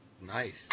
Nice